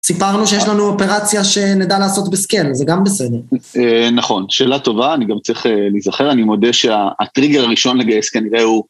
סיפרנו שיש לנו אופרציה שנדע לעשות בסקל, זה גם בסדר. נכון, שאלה טובה, אני גם צריך להיזכר, אני מודה שהטריגר הראשון לגייס כנראה הוא...